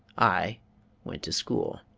i went to school